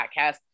podcast